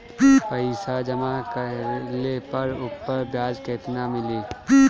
पइसा जमा कइले पर ऊपर ब्याज केतना मिली?